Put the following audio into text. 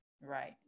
right